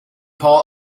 paul